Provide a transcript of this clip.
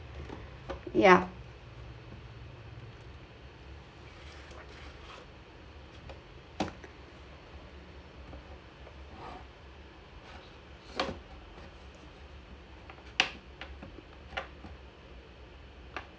yeah